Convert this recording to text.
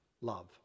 love